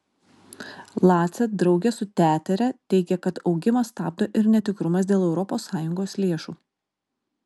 lace drauge su tetere teigė kad augimą stabdo ir netikrumas dėl europos sąjungos lėšų